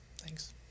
Thanks